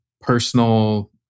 personal